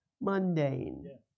mundane